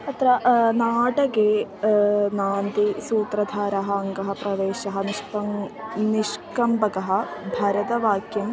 अत्र नाटके नान्दी सूत्रधारः अङ्कः प्रवेशः निष्पं विष्कम्भकः भरतवाक्यम्